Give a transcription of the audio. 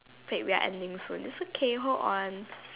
wait we are ending soon it's okay hold on